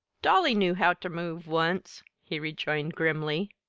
dolly knew how ter move once, he rejoined grimly.